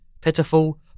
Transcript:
pitiful